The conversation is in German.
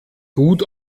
gut